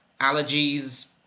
allergies